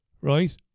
right